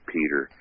Peter